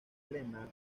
elena